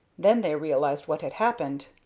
then they realized what had happened.